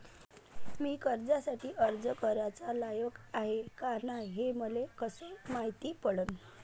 मी कर्जासाठी अर्ज कराचा लायक हाय का नाय हे मले कसं मायती पडन?